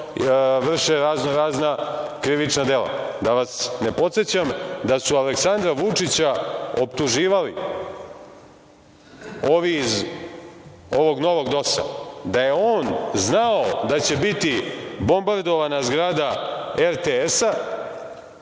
vrše raznorazna krivična dela. Da vas ne podsećam da su Aleksandra Vučića optuživali ovi iz ovog novog DOS-a, da je on znao da će biti bombardovana zgrada RTS-a